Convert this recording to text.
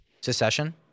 Secession